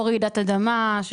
או רעידת אדמה.